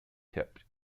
tipped